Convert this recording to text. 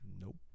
nope